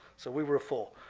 so we were full.